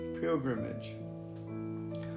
pilgrimage